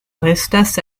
restas